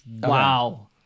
wow